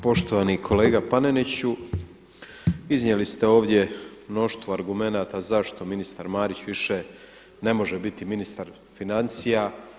Poštovani kolega Paneniću, iznijeli ste ovdje mnoštvo argumenata zašto ministar Marić više ne može biti ministar financija.